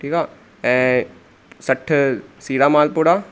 ठीकु आहे ऐं सठि सीरा माल पुड़ा